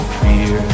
fear